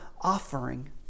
offering